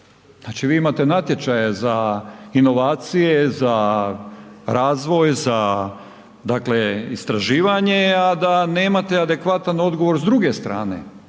Znači vi imate natječaje za inovacije, za razvoj, za dakle istraživanje a da nemate adekvatan odgovor s druge strane